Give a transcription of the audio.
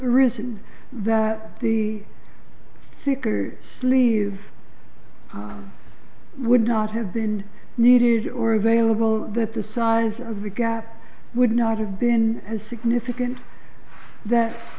arisen that the sicker sleeve would not have been needed or available that the size of the gap would not have been as significant that